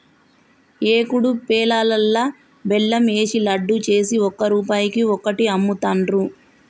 ఏకుడు పేలాలల్లా బెల్లం ఏషి లడ్డు చేసి ఒక్క రూపాయికి ఒక్కటి అమ్ముతాండ్రు